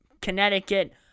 Connecticut